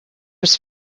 was